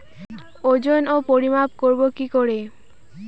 ওজন ও পরিমাপ করব কি করে?